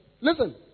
Listen